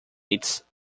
its